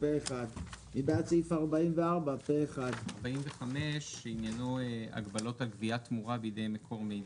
הצבעה סעיף 85(43) אושר מי